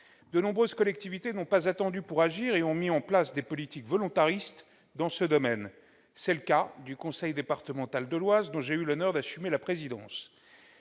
De nombreuses collectivités n'ont pas attendu pour agir et ont mis en place des politiques volontaristes dans ce domaine. C'est le cas du conseil départemental de l'Oise, dont j'ai eu l'honneur d'assumer la présidence.